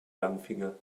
langfinger